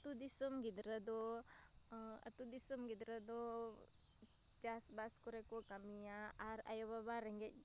ᱟᱛᱳ ᱫᱤᱥᱚᱢ ᱜᱤᱫᱽᱨᱟᱹᱫᱚ ᱟᱛᱳ ᱫᱤᱥᱚᱢ ᱜᱤᱩᱫᱽᱨᱟᱹᱫᱚ ᱪᱟᱥᱵᱟᱥ ᱠᱚᱨᱮᱠᱚ ᱠᱟᱹᱢᱤᱭᱟ ᱟᱨ ᱟᱭᱳᱼᱵᱟᱵᱟ ᱨᱮᱸᱜᱮᱡ